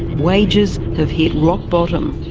wages have hit rock bottom.